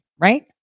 right